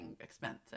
expensive